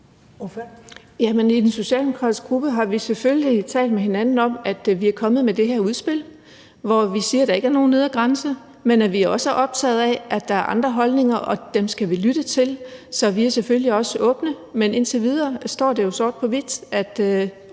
I den socialdemokratiske gruppe har vi selvfølgelig talt med hinanden om det udspil, vi er kommet med, hvor vi siger, at der ikke er nogen nedre grænse. Men vi er også optaget af, at der også er andre holdninger, og dem skal vi lytte til. Det er vi selvfølgelig åbne for. Men indtil videre står det jo sort på hvidt –